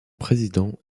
président